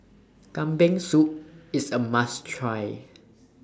Kambing Soup IS A must Try